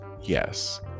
yes